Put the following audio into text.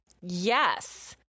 Yes